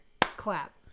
Clap